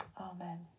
Amen